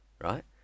right